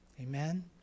Amen